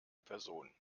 person